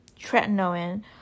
tretinoin